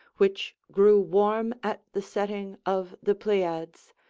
which grew warm at the setting of the pleiads,